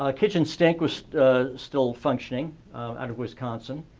ah kitchen sink was still functioning out of wisconsin.